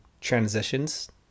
transitions